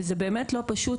וזה באמת לא פשוט,